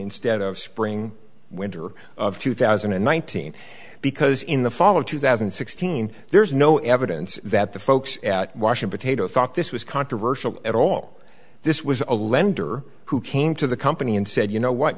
instead of spring winter of two thousand and nineteen because in the fall of two thousand and sixteen there's no evidence that the folks at washington tater thought this was controversial at all this was a lender who came to the company and said you know what